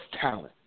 talent